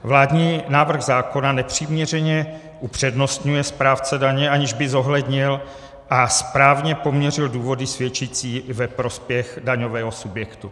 Vládní návrh zákona nepřiměřeně upřednostňuje správce daně, aniž by zohlednil a správně poměřil důvody svědčící ve prospěch daňového subjektu.